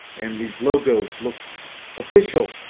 and these logos look official.